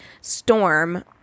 storm